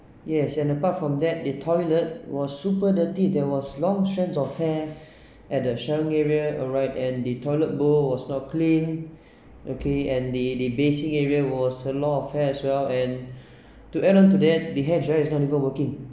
yes and apart from that the toilet was super dirty there was long strands of hair at the showering area alright and the toilet bowl was not clean okay and the the basin area was a lot of hair as well and to add on to that the hair dryer is not even working